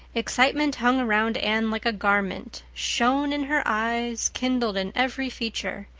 excitement hung around anne like a garment, shone in her eyes, kindled in every feature.